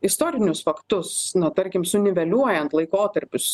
istorinius faktus na tarkim suniveliuojant laikotarpius